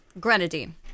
grenadine